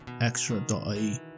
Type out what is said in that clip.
Extra.ie